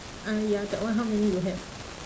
ah ya that one how many you have